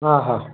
हा हा